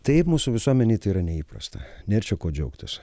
taip mūsų visuomenei tai yra neįprasta nėr čia ko džiaugtis